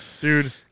Dude